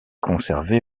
conservée